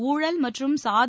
ஊழல் மற்றும் சாதி